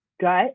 gut